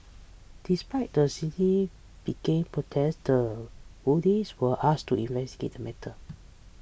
despite the seemingly begin protest the police were asked to investigate the matter